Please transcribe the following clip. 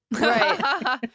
Right